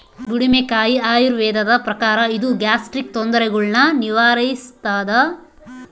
ಬುಡುಮೆಕಾಯಿ ಆಯುರ್ವೇದದ ಪ್ರಕಾರ ಇದು ಗ್ಯಾಸ್ಟ್ರಿಕ್ ತೊಂದರೆಗುಳ್ನ ನಿವಾರಿಸ್ಥಾದ